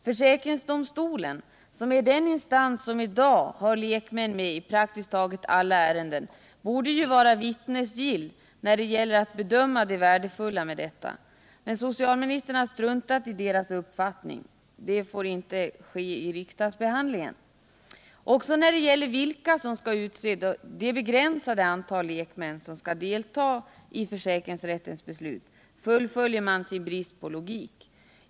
Försäkringsdomstolen, som är den instans som i dag har lek män med i praktiskt taget alla ärenden, borde ju vara vittnesgill när det gäller att bedöma det värdefulla med detta system. Men socialministern har struntat i domstolens uppfattning. Så får inte ske också i riksdagsbehandlingen! Också när det gäller att bestämma vilka som skall utse det begränsade antal lekmän som skall delta i försäkringsrättens beslut fullföljer man sin brist på logik.